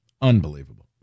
Unbelievable